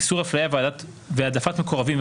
איסור הפליה והעדפת מקורבים,